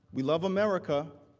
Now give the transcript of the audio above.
we love america.